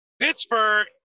Pittsburgh